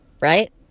Right